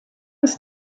was